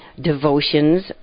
devotions